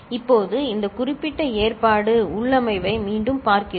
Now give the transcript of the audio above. இப்போது இந்த குறிப்பிட்ட ஏற்பாடு உள்ளமைவை மீண்டும் பார்க்கிறோம்